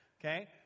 Okay